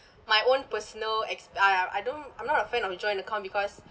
my own personal ex~ ah I don't I'm not a fan of joint account because